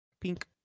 Pink